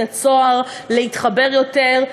הצוהר להתחבר יותר,